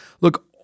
look